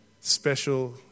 special